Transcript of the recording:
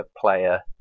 player